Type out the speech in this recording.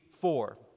four